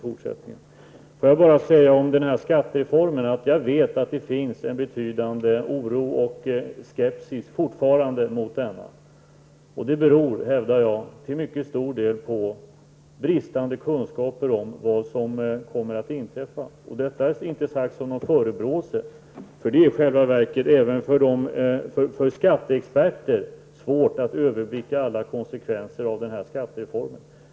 Jag vet att det fortfarande finns en betydande oro och skepsis mot skattereformen. Det beror, hävdar jag, till mycket stor del på bristande kunskaper om vad som kommer att inträffa. Detta är inte sagt som någon förebråelse. Det är i själva verket även för skatteexperter svårt att överblicka alla konsekvenser av skattereformen.